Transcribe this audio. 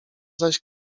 zaś